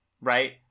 right